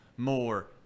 more